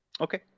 okay